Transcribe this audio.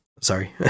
Sorry